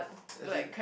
as in